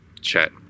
chat